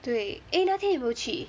对 eh 那天你有没有去